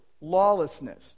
Lawlessness